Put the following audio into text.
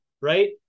right